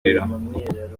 y’umuriro